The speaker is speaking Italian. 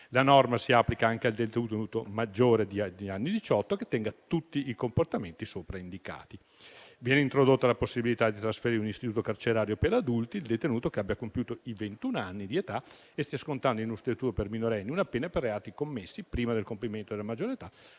La norma si applica anche al detenuto maggiore di anni diciotto che tenga tutti i comportamenti sopra indicati. Viene introdotta la possibilità di trasferire in un istituto carcerario per adulti il detenuto che abbia compiuto i ventun anni di età e stia scontando in un istituto per minorenni una pena per reati commessi prima del compimento della maggior età,